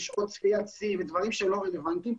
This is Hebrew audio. ושעות צפיית שיא ודברים שלא רלוונטיים,